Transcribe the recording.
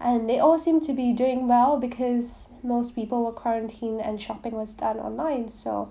and they all seem to be doing well because most people were quarantined and shopping was done online so